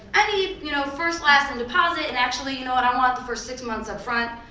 i need, you know, first, last and deposit and actually, you know what? i want the first six months up front,